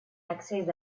accés